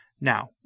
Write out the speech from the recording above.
Now